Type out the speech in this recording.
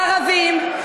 הערבים,